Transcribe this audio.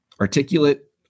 articulate